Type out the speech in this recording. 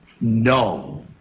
No